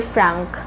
Frank